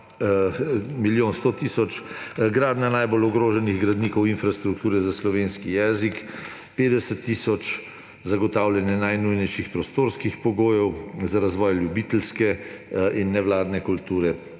100 tisoč, gradnja najbolj ogroženih gradnikov infrastrukture za slovenski jezik – 50 tisoč, zagotavljanje najnujnejših prostorskih pogojev in opreme za razvoj ljubiteljske in nevladne kulture